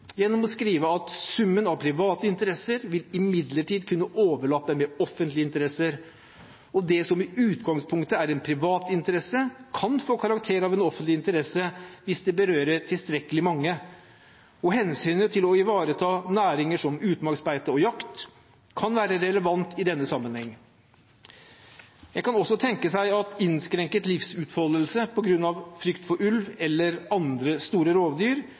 gjennom å skrive: «Summen av private interesser vil imidlertid kunne overlappe med offentlige interesser, og det som i utgangspunktet er en privat interesse kan få karakter av en offentlig interesse hvis det berører tilstrekkelig mange. Hensynet til å ivareta næringer som utmarksbeite og jakt kan være relevant i denne sammenheng. En kan også tenke seg at innskrenket livsutfoldelse på grunn av frykt for ulv